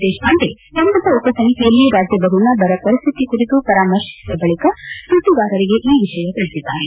ದೇಶಪಾಂಡೆ ಸಂಪುಟ ಉಪಸಮಿತಿಯಲ್ಲಿ ರಾಜ್ಯದಲ್ಲಿನ ಬರ ಪರಿಸ್ಟಿತಿ ಕುರಿತು ಪರಾಮರ್ತಿಸಿದ ಬಳಿಕ ಸುದ್ದಿಗಾರರಿಗೆ ಈ ವಿಷಯ ತಿಳಿಸಿದ್ದಾರೆ